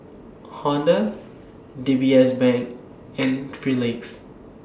Honda D B S Bank and three Legs